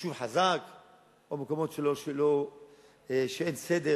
כשהיישוב חזק או במקומות שאין סדר